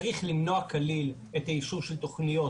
צריך למנוע כליל את האישור של תוכניות